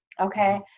Okay